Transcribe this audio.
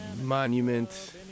Monument